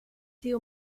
theo